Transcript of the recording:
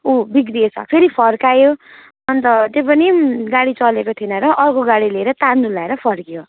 ऊ बिग्रिएछ फेरि फर्कायो अनि त त्यो पनि गाडी चलेको थिएन र अर्को गाडी ल्याएर तान्नु लाएर फर्कियो